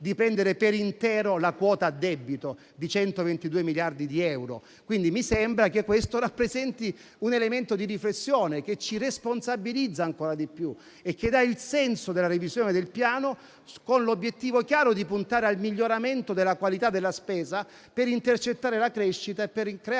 di prendere per intero la quota a debito di 122 miliardi di euro. Mi sembra che questo rappresenti un elemento di riflessione, che ci responsabilizza ancora di più e che dà il senso della revisione del Piano con l'obiettivo chiaro di puntare al miglioramento della qualità della spesa, per intercettare la crescita e creare